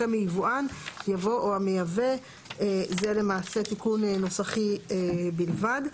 אחרי "מיבואן" יבוא "המייבא"; זה למעשה תיקון נוסחי בלבד.